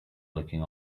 looking